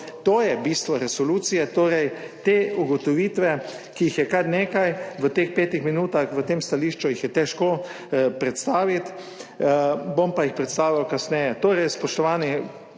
To je bistvo resolucije, torej, te ugotovitve, ki jih je kar nekaj v teh 5 minutah v tem stališču jih je težko predstaviti, bom pa jih predstavil kasneje.